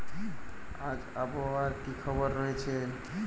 আজ আবহাওয়ার কি খবর রয়েছে?